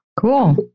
Cool